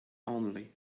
only